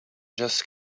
just